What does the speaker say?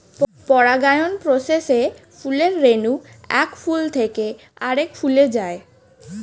পরাগায়ন প্রসেসে ফুলের রেণু এক ফুল থেকে আরেক ফুলে যায়